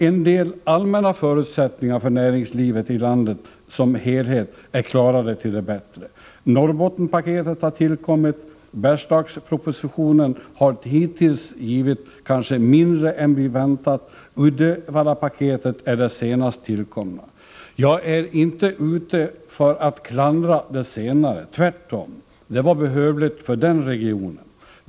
En del allmänna förutsättningar för näringslivet i landet som helhet har förbättrats. Norrbottenpaketet har tillkommit. Bergslagspropositionen har hittills kanske givit mindre än vi väntat. Uddevallapaketet är det senaste tillskottet. Jag är inte ute för att klandra Uddevallapaketet, tvärtom. Det var behövligt för den regionen.